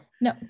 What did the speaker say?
no